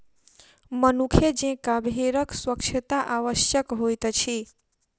मनुखे जेंका भेड़क स्वच्छता आवश्यक होइत अछि